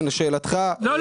לשאלתך --- לא.